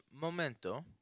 momento